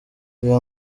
biba